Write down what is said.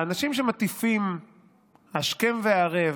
האנשים שמטיפים השכם והערב,